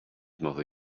mother